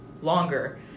Longer